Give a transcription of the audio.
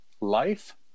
life